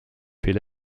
fait